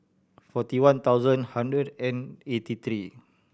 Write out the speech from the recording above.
forty one thousand hundred and eighty three